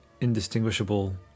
indistinguishable